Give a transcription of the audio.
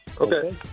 Okay